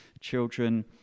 children